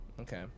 Okay